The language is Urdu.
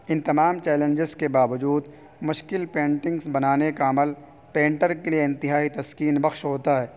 ان تمام چیلنجز کے باوجود مشکل پینٹنگس بنانے کا عمل پینٹر کے لیے انتہائی تسکین بخش ہوتا ہے